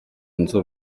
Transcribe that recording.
nzu